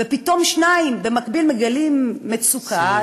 ופתאום שניים במקביל מגלים מצוקה,